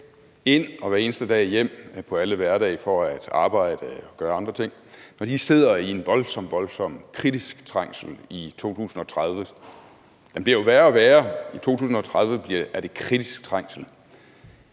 ind og hver eneste dag hjem på alle hverdage for at arbejde og gøre andre ting, sidder i en voldsom, kritisk trængsel i 2030 – den bliver jo værre og værre, og i 2030 er der tale om kritisk trængsel